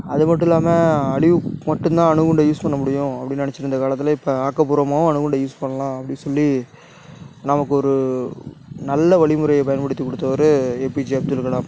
அதுமட்டும் இல்லாமல் அழிவுக்கு மட்டும் தான் அணுகுண்ட யூஸ் பண்ண முடியும் அப்படினு நெனைச்சினு இருந்த காலத்தில் இப்போ ஆக்கபூர்வமாகவும் அணுகுண்ட யூஸ் பண்ணலாம் அப்படி சொல்லி நமக்கு ஒரு நல்ல வழிமுறையை பயன்படுத்தி கொடுத்தவரு ஏபிஜே அப்துல் கலாம்